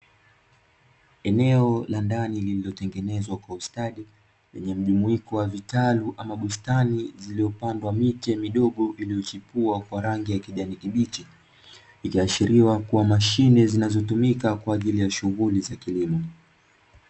Eneo la ndani lililotengenezwa kwa ustadi, lenye mjumuiko wa vitalu ama bustani, zilopandwa miche midogo inayochipua kwa rangi ya kijani kibichi ikiashiria kuwa mashine zinazotumika kwa ajili ya kilimo.